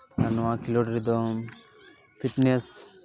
ᱱᱚᱣᱟ ᱠᱷᱮᱞᱳᱰ ᱨᱮᱫᱚ ᱯᱷᱤᱴᱱᱮᱥ